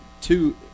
Two